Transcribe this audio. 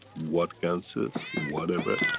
what ganses, whatever.